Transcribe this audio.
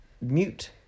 mute